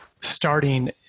starting